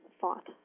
thought